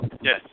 Yes